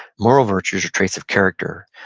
moral virtues are traits of character.